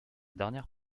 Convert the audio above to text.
dernière